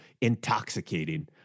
intoxicating